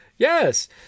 Yes